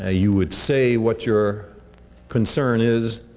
ah you would say what your concern is,